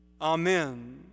Amen